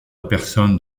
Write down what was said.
personne